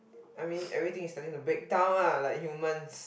I mean everything is starting to break down ah like humans